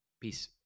Peace